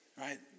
Right